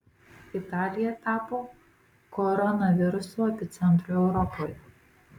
italija tapo koronaviruso epicentru europoje